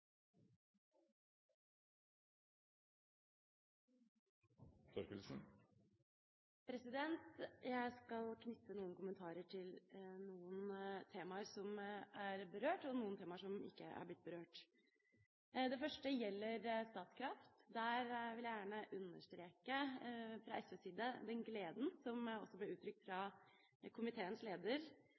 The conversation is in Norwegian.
mer offentlighet. Jeg skal knytte noen kommentarer til noen temaer som er berørt, og noen temaer som ikke har blitt berørt. Det første gjelder Statkraft. Fra SVs side vil jeg gjerne understreke den gleden som også ble uttrykt fra komiteens leder,